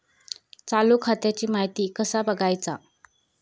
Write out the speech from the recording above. चालू खात्याची माहिती कसा बगायचा?